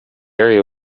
area